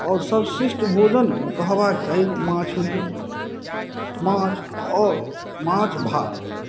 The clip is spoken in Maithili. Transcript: आओर सर्बश्रेष्ठ भोजन कहबाक चाही माछ होइए माछ आओर माछ भात